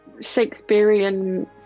Shakespearean